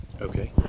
Okay